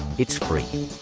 it's free.